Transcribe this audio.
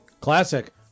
Classic